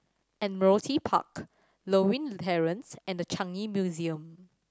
Admiralty Park Lewin Terrace and The Changi Museum